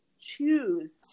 choose